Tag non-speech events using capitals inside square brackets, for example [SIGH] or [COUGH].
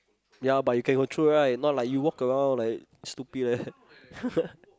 ya but you can go through right not like you walk around like stupid like that [LAUGHS]